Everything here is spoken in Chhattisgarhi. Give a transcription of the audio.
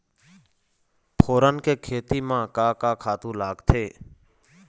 फोरन के खेती म का का खातू लागथे?